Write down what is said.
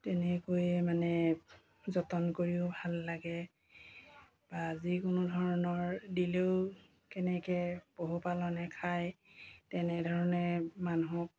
তেনেকৈয়ে মানে যতন কৰিও ভাল লাগে বা যিকোনো ধৰণৰ দিলেও কেনেকৈ পশুপালনে খায় তেনেধৰণে মানুহক